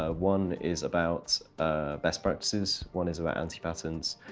ah one is about best practices. one is about anti-patterns.